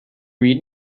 read